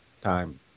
time